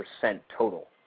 total